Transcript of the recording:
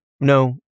no